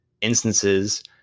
instances